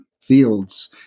fields